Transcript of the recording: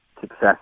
success